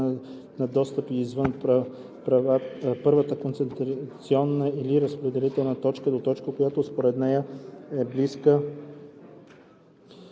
на достъп и извън първата концентраторна или разпределителна точка, до точка, която според нея е най-близка